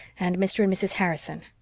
and mr. and mrs. harrison.